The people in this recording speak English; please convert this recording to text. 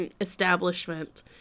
establishment